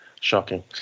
Shocking